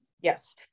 Yes